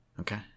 Okay